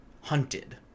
hunted